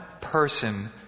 person